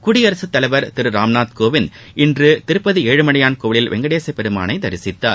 குடியரகத்தலைவர் திரு ராம்நாத் கோவிந்த் இன்று திருப்பதி ஏழுமலையாள் கோவிலில் வெங்கடேச பெருமாளை தரிசித்தார்